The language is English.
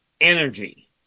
energy